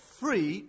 free